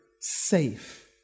safe